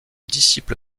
disciple